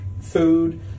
food